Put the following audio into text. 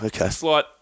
okay